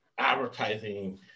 Advertising